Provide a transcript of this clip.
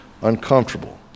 uncomfortable